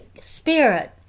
spirit